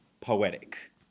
poetic